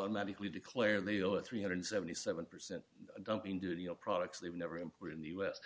automatically declare leo a three hundred and seventy seven percent dumping duty of products they've never employed in the us